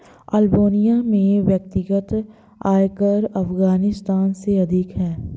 Albania में व्यक्तिगत आयकर अफ़ग़ानिस्तान से अधिक है